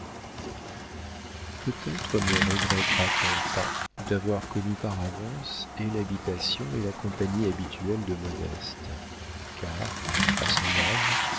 peut-être ne regrettera t on pas d'avoir connu par avance et l'habitation et la compagnie habituelle de modeste car à son âge